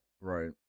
Right